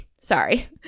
sorry